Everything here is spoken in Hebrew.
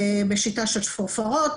בשיטה של שפורפרות,